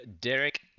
Derek